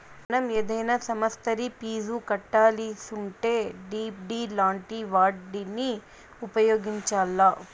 మనం ఏదైనా సమస్తరి ఫీజు కట్టాలిసుంటే డిడి లాంటి వాటిని ఉపయోగించాల్ల